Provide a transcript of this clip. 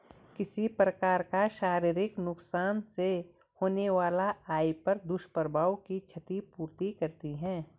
किसी प्रकार का शारीरिक नुकसान से होने वाला आय पर दुष्प्रभाव की क्षति पूर्ति करती है